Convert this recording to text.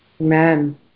Amen